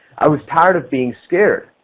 i was tired of being scared.